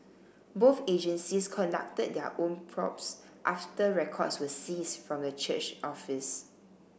both agencies conducted their own probes after records were seized from the church office